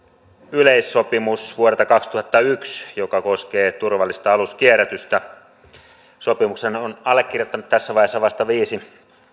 yleissopimus vuodelta kaksituhattayksi joka koskee turvallista aluskierrätystä sopimuksen on allekirjoittanut tässä vaiheessa vasta viisi